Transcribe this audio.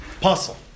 Puzzle